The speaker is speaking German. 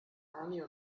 ernie